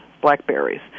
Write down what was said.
blackberries